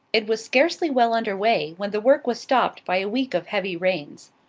it was scarcely well under way when the work was stopped by a week of heavy rains.